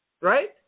right